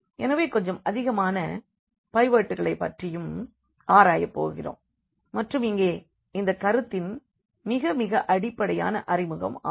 எனவே கொஞ்சம் அதிகமாக பைவட்டுகளைப் பற்றியும் ஆராயப் போகிறோம் மற்றும் இங்கே இந்த கருத்தின் மிக மிக அடிப்படையான அறிமுகம் ஆகும்